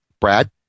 Brad